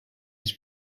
his